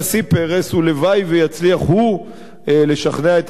הלוואי שיצליח הוא לשכנע את הנשיא אובמה,